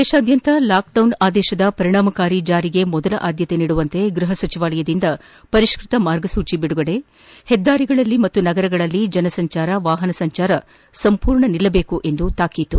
ದೇಶಾದ್ವಂತ lockdown ಆದೇಶದ ಪರಿಣಾಮಕಾರಿ ಜಾರಿಗೆ ಮೊದಲ ಆದ್ದತೆ ನೀಡುವಂತೆ ಗೃಹ ಸಚಿವಾಲಯದಿಂದ ಪರಿಷ್ಟತ ಮಾರ್ಗಸೂಚಿ ಬಿಡುಗಡೆ ಹೆದ್ದಾರಿಗಳಲ್ಲಿ ಮತ್ತು ನಗರಗಳಲ್ಲಿ ಜನ ಸಂಚಾರ ವಾಹನ ಸಂಚಾರ ಸಂಪೂರ್ಣ ನಿಲ್ಲಬೇಕೆಂದು ತಾಕೀತು